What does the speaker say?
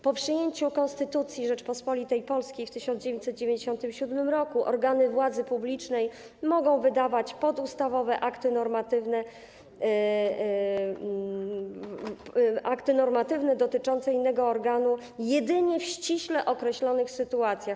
Po przyjęciu Konstytucji Rzeczypospolitej Polskiej w 1997 r. organy władzy publicznej mogą wydawać podustawowe akty normatywne dotyczące innego organu jedynie w ściśle określonych sytuacjach.